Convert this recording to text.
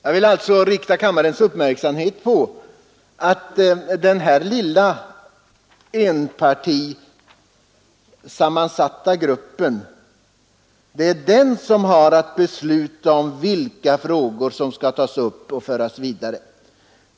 Jag vill rikta kammarens uppmärksamhet på att denna lilla enpartigrupp har att besluta om vilka frågor som skall tas upp och föras vidare.